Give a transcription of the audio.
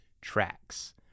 tracks